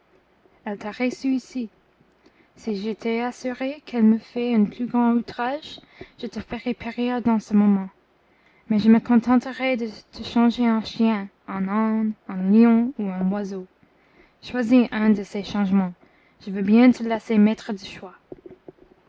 elle t'a reçu ici si j'étais assuré qu'elle m'eût fait un plus grand outrage je te ferais périr dans ce moment mais je me contenterai de te changer en chien en âne en lion ou en oiseau choisis un de ces changements je veux bien te laisser maître du choix